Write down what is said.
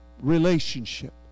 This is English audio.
relationship